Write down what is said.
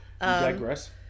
digress